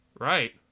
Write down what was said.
Right